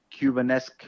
Cubanesque